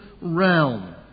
realm